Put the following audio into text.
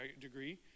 degree